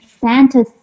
Santa